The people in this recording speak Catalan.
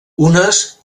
unes